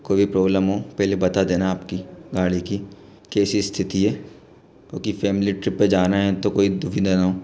कोई भी प्रॉब्लम हो पहले बता देना आप की गाड़ी की कैसी स्थिति है क्योंकी फ़ैमिली ट्रिप पर जाना है तो कोई दुविधा ना हो